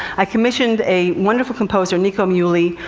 i commissioned a wonderful composer, nico muhly,